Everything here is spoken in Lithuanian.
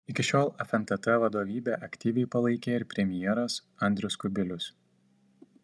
iki šiol fntt vadovybę aktyviai palaikė ir premjeras andrius kubilius